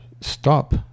stop